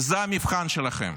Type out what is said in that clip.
זה המבחן שלכם,